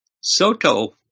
Soto